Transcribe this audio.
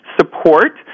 support